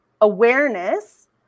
awareness